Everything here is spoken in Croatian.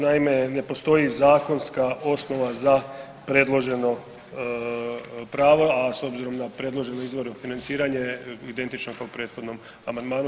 Naime, ne postoji zakonska osnova za predloženo pravo, a s obzirom na predložene izvore financiranje identično kao u prethodnom amandmanu.